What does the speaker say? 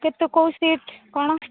କେତେ କେଉଁ ସିଫ୍ଟ୍ କ'ଣ